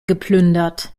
geplündert